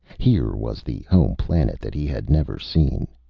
here was the home-planet that he had never seen.